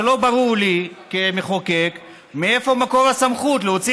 ולא ברור לי כמחוקק מאיפה מקור הסמכות להוציא